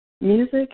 Music